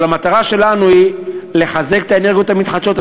אבל המטרה שלנו היא לחזק את האנרגיות המתחדשות,